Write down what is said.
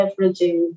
leveraging